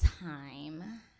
time